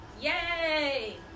Yay